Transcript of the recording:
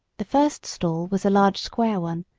the first stall was a large square one,